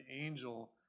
angel